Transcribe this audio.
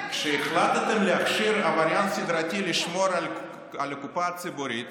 כשהחלטתם להכשיר עבריין סדרתי לשמור על הקופה הציבורית,